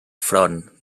front